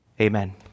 Amen